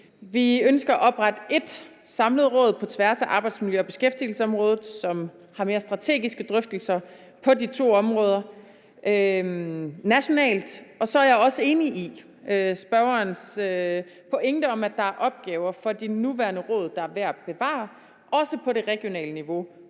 Vi ønsker at oprette ét samlet råd på tværs af arbejdsmiljø- og beskæftigelsesområdet, som har mere strategiske drøftelser på de to områder nationalt. Så er jeg også enig i spørgerens pointe med, at der er opgaver for de nuværende råd, der er værd at bevare, også på det regionale niveau,